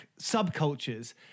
subcultures